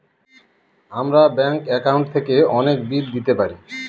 আমরা bank account থেকে অনেক বিল দিতে পারি